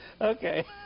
okay